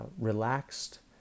relaxed